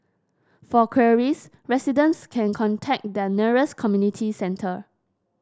for queries residents can contact their nearest community centre